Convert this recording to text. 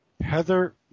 Heather